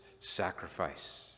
sacrifice